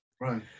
Right